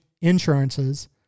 insurances